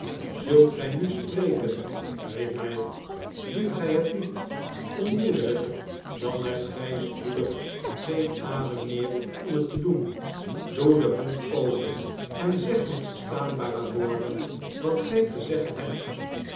zult gij nu spreken riep hij doet gij het niet onmiddellijk dan hebt gij spoedig geen adem meer om het te doen doe den mond open en zeg met verstaanbare woorden wat gij te zeggen hebt